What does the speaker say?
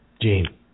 Gene